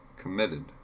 Committed